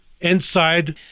inside